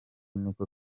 niko